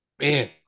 Man